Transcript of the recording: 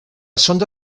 sonda